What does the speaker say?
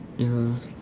ya